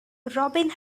robin